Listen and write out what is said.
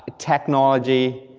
technology,